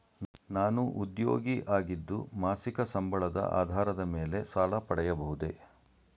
ನಾನು ಉದ್ಯೋಗಿ ಆಗಿದ್ದು ಮಾಸಿಕ ಸಂಬಳದ ಆಧಾರದ ಮೇಲೆ ಸಾಲ ಪಡೆಯಬಹುದೇ?